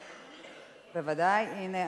הנה,